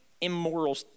immoral